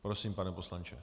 Prosím, pane poslanče.